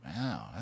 Wow